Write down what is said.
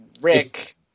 Rick